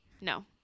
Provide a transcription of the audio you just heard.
No